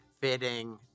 fitting